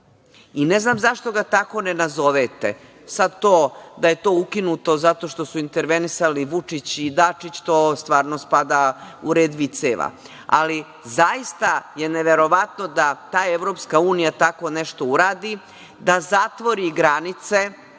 i ne znam zašto ga tako ne nazovete. To da je to ukinuto zato što su intervenisali Vučić i Dačić, to stvarno spada u red viceva. Ali, zaista je neverovatno da ta EU tako nešto uradi, da zatvori granice